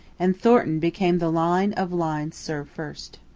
and thornton became the lyne of lyne's serve first.